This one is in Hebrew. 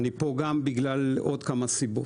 אני פה גם בגלל עוד כמה סיבות.